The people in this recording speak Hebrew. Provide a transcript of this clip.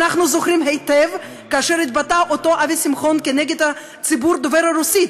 אנחנו זוכרים היטב כאשר התבטא אותו אבי שמחון כנגד הציבור דובר הרוסית